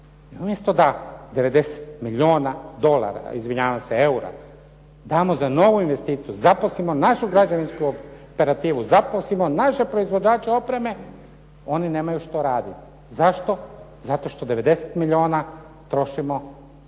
I umjesto da 90 milijuna dolara, izvinjavam se eura damo za novu investiciju, zaposlimo našu građevinsku operativu, zaposlimo naše proizvođače opreme oni nemaju što raditi. Zašto? Zato što 90 milijuna trošimo na